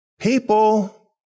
People